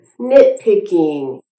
nitpicking